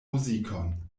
muzikon